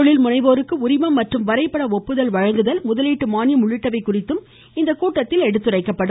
கொழில் முனைவோருக்கு உரிமம் மற்றும் வரைபட ஒப்புதல் வழங்குதல் முதலீட்டு மானியம் உள்ளிட்டவை குறித்தும் இக்கூட்டத்தில் எடுத்துரைக்கப்படும்